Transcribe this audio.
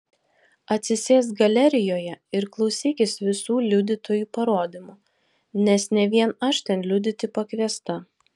atsisėsk galerijoje ir klausykis visų liudytojų parodymų nes ne vien aš ten liudyti pakviesta